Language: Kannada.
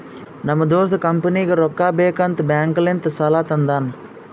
ನಮ್ ದೋಸ್ತ ಕಂಪನಿಗ್ ರೊಕ್ಕಾ ಬೇಕ್ ಅಂತ್ ಬ್ಯಾಂಕ್ ಲಿಂತ ಸಾಲಾ ತಂದಾನ್